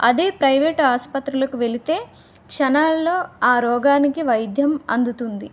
అదే ప్రైవేటు ఆసుపత్రులకు వెళితే క్షణాల్లో ఆ రోగానికి వైద్యం అందుతుంది